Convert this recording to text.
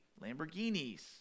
Lamborghinis